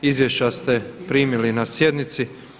Izvješća ste primili na sjednici.